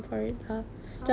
!huh! why you dis~